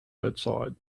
outside